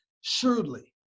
shrewdly